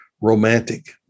romantic